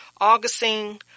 Augustine